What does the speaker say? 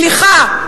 סליחה,